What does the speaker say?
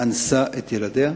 אנסה את ילדיה.